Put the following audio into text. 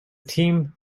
team